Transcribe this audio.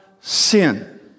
sin